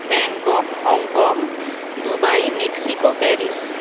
Bangkok Hong Kong Dubai Mexico Paris